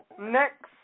next